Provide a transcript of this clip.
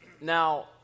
Now